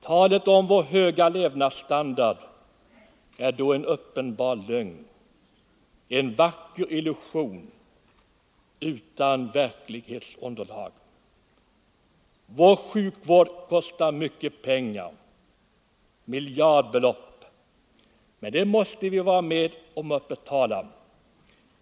Talet om vår höga levnadsstandard är då en uppenbar lögn — en vacker illusion, utan verklighetsunderlag. Vår sjukvård kostar mycket pengar — miljardbelopp — och dessa måste vi vara med och betala.